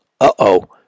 uh-oh